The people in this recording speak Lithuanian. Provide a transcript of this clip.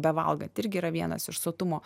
bevalgant irgi yra vienas iš sotumo